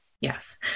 yes